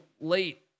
late